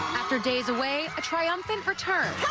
there are days away a triumphant return.